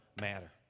matter